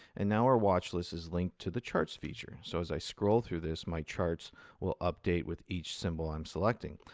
and now our watchlist is linked to the charts feature. so as i scroll through this, my charts will update with each symbol i'm selecting.